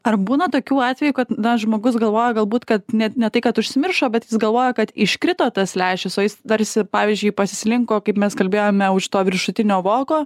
ar būna tokių atvejų kad na žmogus galvoja galbūt kad net ne tai kad užsimiršo bet jis galvoja kad iškrito tas lęšis o jis tarsi pavyzdžiui pasislinko kaip mes kalbėjome už to viršutinio voko